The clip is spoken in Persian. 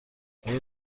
آیا